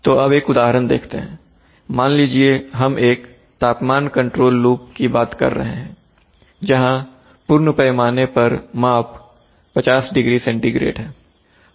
तो अब एक उदाहरण देखते हैं मान लीजिए हम एक तापमान कंट्रोल लूप की बात कर रहे हैं जहां पूर्ण पैमाने पर माप 50 डिग्री सेंटीग्रेड है